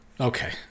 Okay